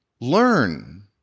learn